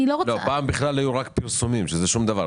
פעם היו רק פרסומים, שזה שום דבר.